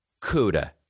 Cuda